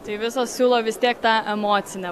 tai visos siūlo vis tiek tą emocinę